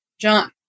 John